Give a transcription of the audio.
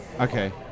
Okay